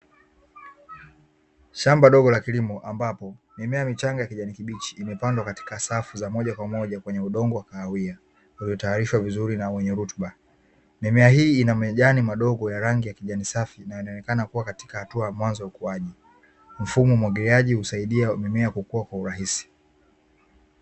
Shamba dogo la kilimo ambapo mimea michanga ya kijani kibichi imepandwa katika safu za moja kwa moja kwenye udongo wa kahawia, uliotayarishwa vizuri na wenye rutuba. Mimea hii ina majani madogo ya rangi ya kijani safi, na yanaonekana kuwa katika hatua ya mwanzo ya ukuaji. Mfumo wa umwagiliaji husaidia mimea kukuwa kwa urahisi.